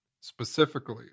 Specifically